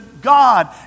God